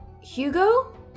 Hugo